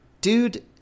dude